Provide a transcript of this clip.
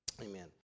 Amen